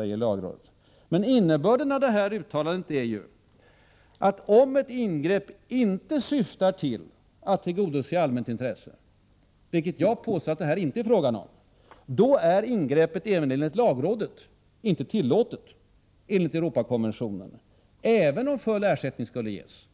Innebörden av detta lagrådets uttalande är att om ett ingrepp inte syftar till att tillgodose allmänt intresse — vilket jag påstår att det inte är fråga om — då är ingreppet även enligt lagrådet inte tillåtet enligt Europakonventionen, även om full ersättning skulle ges.